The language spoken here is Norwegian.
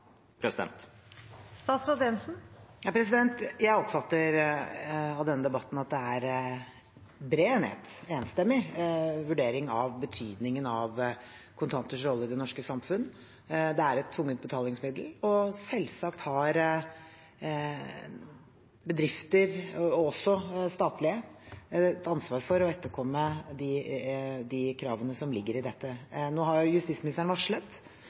Jeg oppfatter av denne debatten at det er bred enighet, enstemmighet, i vurderingen av betydningen av kontanters rolle i det norske samfunn. Det er et tvungent betalingsmiddel, og selvsagt har bedrifter, også statlige, et ansvar for å etterkomme de kravene som ligger i dette. Nå har justisministeren varslet